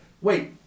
wait